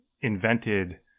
invented